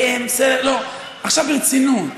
עכשיו ברצינות,